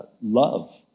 love